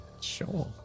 Sure